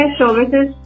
services